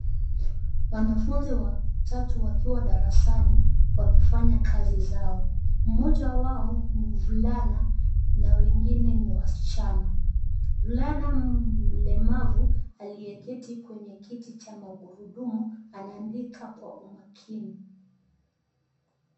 Wanafunzi watatu wakiwa darasani wakifanya kazi zao. Mmoja wao mvulana na wengine ni wasichana, mvulana mlemavu aliyeketi kwenye kiti cha magurudumu anaandika kwa umakini.